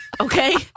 Okay